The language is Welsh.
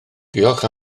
diolch